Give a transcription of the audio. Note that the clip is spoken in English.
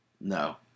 No